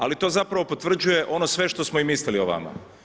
Ali to zapravo potvrđuje ono sve što smo i mislili o vama.